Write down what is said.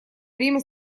время